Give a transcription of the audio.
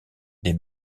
des